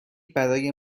برای